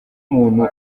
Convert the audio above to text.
umuntu